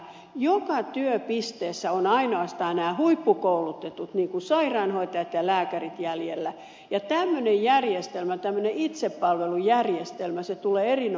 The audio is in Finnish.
joka työpisteessä on ainoastaan nämä huippukoulutetut sairaanhoitajat ja lääkärit jäljellä ja tämmöinen järjestelmä tämmöinen itsepalvelujärjestelmä tulee erinomaisen kalliiksi